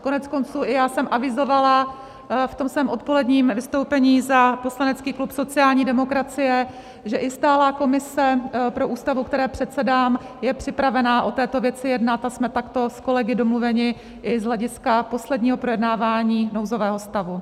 Koneckonců i já jsem avizovala ve svém odpoledním vystoupení za poslanecký klub sociální demokracie, že i stálá komise pro Ústavu, které předsedám, je připravena o této věci jednat, a jsme takto s kolegy domluveni i z hlediska posledního projednávání nouzového stavu.